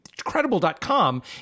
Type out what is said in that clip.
Credible.com